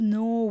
no